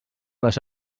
les